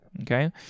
Okay